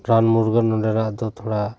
ᱨᱟᱱ ᱢᱩᱨᱜᱟᱹᱱ ᱱᱚᱸᱰᱮᱱᱟᱜ ᱫᱚ ᱛᱷᱚᱲᱟ